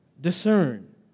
Discern